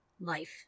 life